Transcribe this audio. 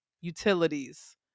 utilities